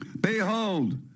Behold